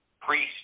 priest